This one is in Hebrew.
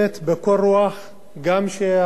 גם אחרי שהגענו לאתיופיה